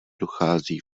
dochází